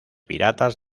piratas